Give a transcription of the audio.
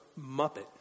Muppet